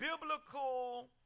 Biblical